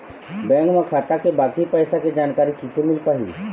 Bank म खाता के बाकी पैसा के जानकारी कैसे मिल पाही?